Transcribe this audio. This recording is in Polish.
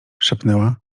szepnęła